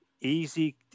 easy